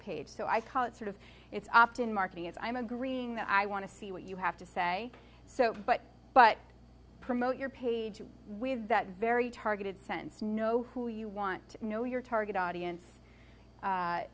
page so i call it sort of it's opt in marketing as i'm agreeing that i want to see what you have to say so but but promote your page with that very targeted sense know who you want to know your target audience